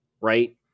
right